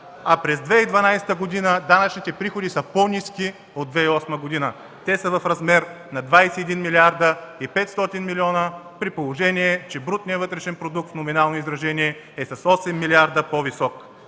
а през 2012 г. данъчните приходи са по-ниски от 2008 г.? Те са в размер на 21 млрд. 500 млн. лв., при положение че брутният вътрешен продукт в номинално изражение е с 8 милиарда по-висок.